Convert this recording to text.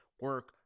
Work